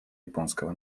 японского